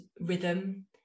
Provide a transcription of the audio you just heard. rhythm